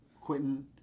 Quentin